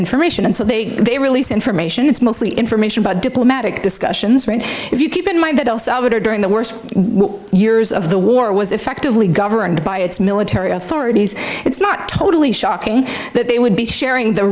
information and so they they release information it's mostly information about diplomatic discussions if you keep in mind that also during the worst years of the war was effectively governed by its military authorities it's not totally shocking that they would be sharing the